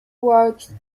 works